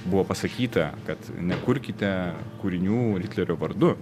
buvo pasakyta kad nekurkite kūrinių hitlerio vardu